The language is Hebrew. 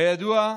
כידוע,